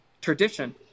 tradition